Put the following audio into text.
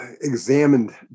examined